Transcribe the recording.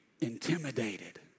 intimidated